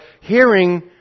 hearing